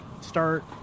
start